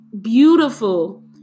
beautiful